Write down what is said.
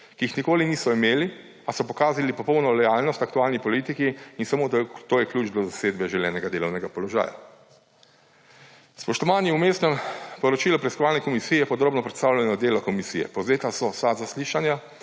ki jih nikoli niso imeli, a so pokazali popolno lojalnost aktualni politiki; in samo to je ključ do zasedbe želenega delovnega položaja. Spoštovani, v Vmesnem poročilu preiskovalne komisije je podrobno predstavljeno delo komisije. Povzeta so vsa zaslišanja,